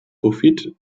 profit